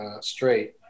straight